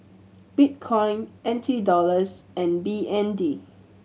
Bitcoin N T Dollars and B N D